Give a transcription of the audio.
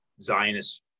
Zionist